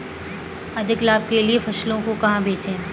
अधिक लाभ के लिए फसलों को कहाँ बेचें?